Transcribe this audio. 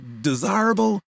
desirable